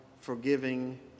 forgiving